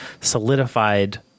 solidified